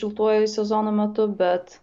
šiltuoju sezono metu bet